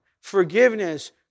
forgiveness